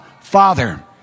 Father